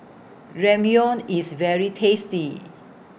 Ramyeon IS very tasty